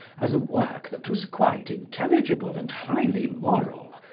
as a work that was quite intelligible and highly moral,